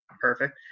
Perfect